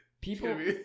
People